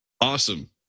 Awesome